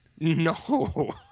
No